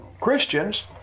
Christians